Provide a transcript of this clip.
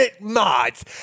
mods